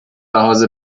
لحاظ